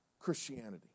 Christianity